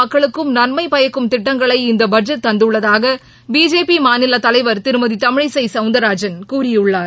மக்களுக்கும் நன்மை பயக்கும் திட்டங்களை இந்த பட்ஜெட் தந்துள்ளதாக அனைத்து தரப்பு பிஜேபி மாநில தலைவர் திருமதி தமிழிசை சௌந்தர்ராஜள் கூறியுள்ளார்